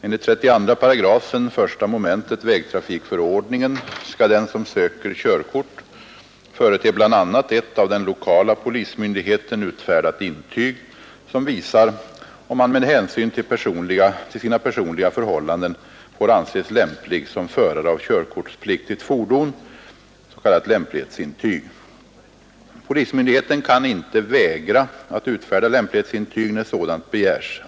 Enligt 32 § I mom. vägtrafikförord ningen skall den som söker körkort förete bl.a. ett av den lokala polismyndigheten utfärdat intyg, som visar om han med hänsyn till sina personliga förhållanden får anses lämplig som förare av körkortspliktigt fordon . Polismyndigheten kan inte vägra att utfärda lämplighetsintyg när sådant begärs.